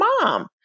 mom